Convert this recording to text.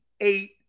eight